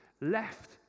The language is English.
left